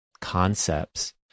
concepts